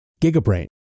Gigabrain